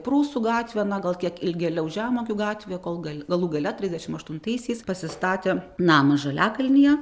prūsų gatvė na gal kiek ilgėliau žemuogių gatvė kol gal galų gale trisdešim aštuntaisiais pasistatė namą žaliakalnyje